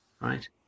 right